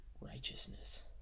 righteousness